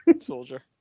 soldier